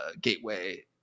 gateway